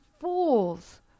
fools